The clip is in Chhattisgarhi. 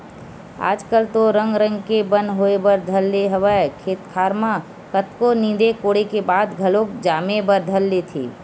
आजकल तो रंग रंग के बन होय बर धर ले हवय खेत खार म कतको नींदे कोड़े के बाद घलोक जामे बर धर लेथे